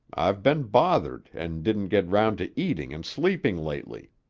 i've been bothered and didn't get round to eating and sleeping lately.